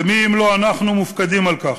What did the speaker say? ומי אם לא אנחנו מופקדים על כך.